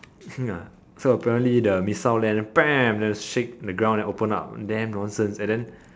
so apparently the missile land then then shake the ground then open up damn nonsense and then